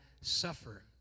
suffer